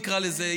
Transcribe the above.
נקרא לזה.